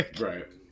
right